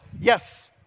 Yes